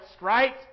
right